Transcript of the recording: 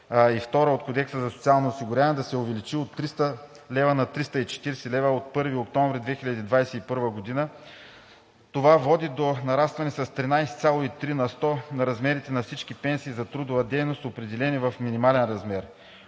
1 и 2 от Кодекса за социално осигуряване, да се увеличи от 300 лв. на 340 лв. от 1 октомври 2021 г. Това води до нарастване с 13,3 на сто на размерите на всички пенсии за трудова дейност, определени в минимален размер.